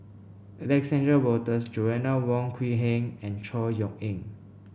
Alexander Wolters Joanna Wong Quee Heng and Chor Yeok Eng